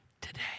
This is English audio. today